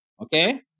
Okay